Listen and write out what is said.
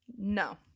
no